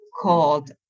called